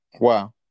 Wow